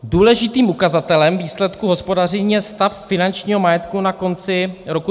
Důležitým ukazatelem výsledků hospodaření je stav finančního majetku na konci roku 2017.